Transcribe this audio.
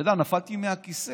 אתה יודע, נפלתי מהכיסא,